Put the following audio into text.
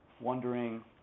wondering